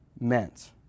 meant